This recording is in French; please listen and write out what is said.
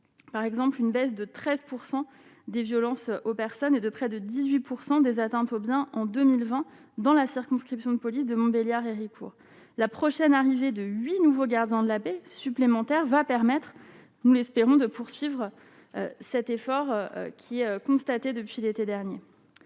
par exemple, une baisse de 13 % des violences aux personnes, et de près de 18 % des atteintes aux biens, en 2020 dans la circonscription de police de Montbéliard et Héricourt la prochaine arrivée de 8 nouveaux gardiens de la paix supplémentaires va permettre, nous l'espérons, de poursuivre cet effort qui constaté depuis l'été dernier,